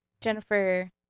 Jennifer